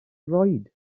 droed